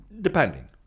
depending